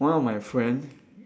one of my friend